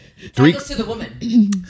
three